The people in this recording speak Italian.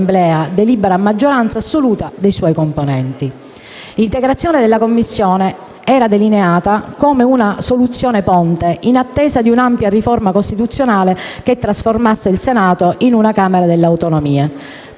L'integrazione della Commissione era delineata come una soluzione-ponte in attesa di una più ampia riforma costituzionale che trasformasse il Senato in una Camera delle autonomie.